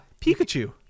Pikachu